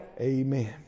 Amen